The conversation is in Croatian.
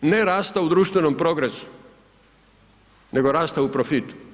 Ne rasta u društvenom progresu, nego rasta u profitu.